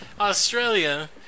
Australia